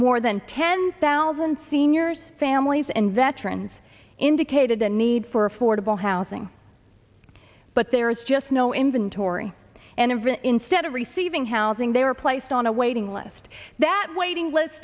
more than ten thousand seniors families and veterans indicated the need for affordable housing but there is just no inventory and instead of receiving housing they are placed on a waiting list that waiting list